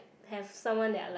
have someone that I like